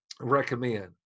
recommend